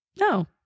No